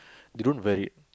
they don't wear it